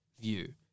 view